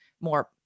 more